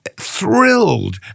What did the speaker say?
thrilled